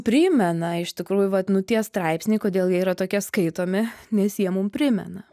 primena iš tikrųjų vat nu tie straipsniai kodėl jie yra tokie skaitomi nes jie mum primena